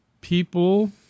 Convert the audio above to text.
people